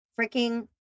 Freaking